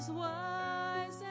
wise